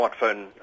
smartphone